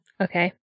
Okay